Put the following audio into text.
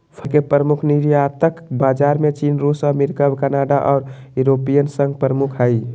फर के प्रमुख निर्यातक बाजार में चीन, रूस, अमेरिका, कनाडा आर यूरोपियन संघ प्रमुख हई